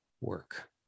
work